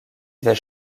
vais